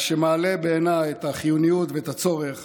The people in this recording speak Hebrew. מה שמעלה, בעיניי, את החיוניות ואת הצורך